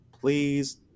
please